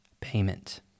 payment